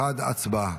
61, הצבעה.